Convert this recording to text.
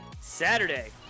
Saturday